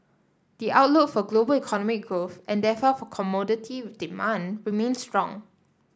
the outlook for global economy growth and therefore for commodity demand remain strong